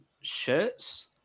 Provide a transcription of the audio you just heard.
shirts